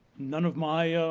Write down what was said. none of my